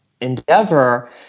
endeavor